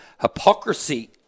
hypocrisy